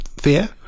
fear